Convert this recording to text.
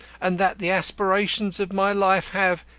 and that the aspirations of my life have,